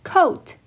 Coat